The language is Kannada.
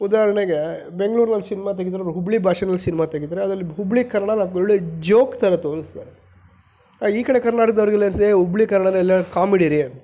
ಉದಾಹರಣೆಗೆ ಬೆಂಗಳೂರಿನಲ್ಲಿ ಸಿನ್ಮಾ ತೆಗೆದ್ರೂ ಹುಬ್ಬಳ್ಳಿ ಭಾಷೆನಲ್ಲಿ ಸಿನ್ಮಾ ತೆಗೆದ್ರೆ ಅದರಲ್ಲಿ ಹುಬ್ಬಳ್ಳಿ ಕನ್ನಡನ ಒಂದೊಳ್ಳೆ ಜೋಕ್ ಥರ ತೋರಿಸ್ತಾರೆ ಈ ಕಡೆ ಕರ್ನಾಟಕದವ್ರಿಗೆಲ್ಲ ಹುಬ್ಬಳ್ಳಿ ಕನ್ನಡವೇ ಎಲ್ಲ ಕಾಮಿಡಿ ರೀ